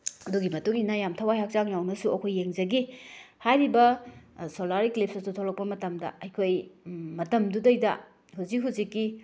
ꯑꯗꯨꯒꯤ ꯃꯇꯨꯡ ꯏꯟꯅ ꯌꯥꯝ ꯊꯋꯥꯏ ꯍꯛꯆꯥꯡ ꯌꯥꯎꯅꯁꯨ ꯑꯩꯈꯣꯏ ꯌꯦꯡꯖꯈꯤ ꯍꯥꯏꯔꯤꯕ ꯁꯣꯂꯥꯔ ꯏꯀ꯭ꯂꯤꯞꯁ ꯑꯗꯨ ꯊꯣꯛꯂꯛꯄ ꯃꯇꯝꯗ ꯑꯩꯈꯣꯏ ꯃꯇꯝꯗꯨꯗꯩꯗ ꯍꯧꯖꯤꯛ ꯍꯧꯖꯤꯛꯀꯤ